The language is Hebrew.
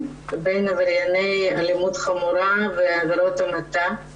לבין עברייני אלימות חמורה ועבירות המתה.